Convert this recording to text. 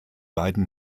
beiden